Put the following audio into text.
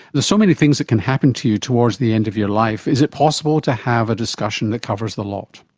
so many things that can happen to you towards the end of your life. is it possible to have a discussion that covers the lot?